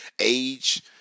age